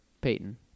Peyton